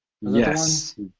Yes